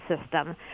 system